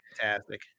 fantastic